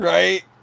Right